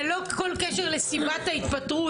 ללא כל קשר לסיבת ההתפטרות.